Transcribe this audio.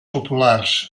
populars